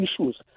issues